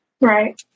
Right